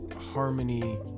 harmony